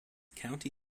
county